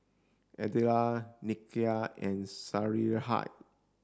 Adella Nakia and Sarahi